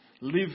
live